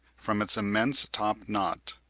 from its immense top knot,